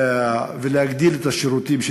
להגדיל את השירותים,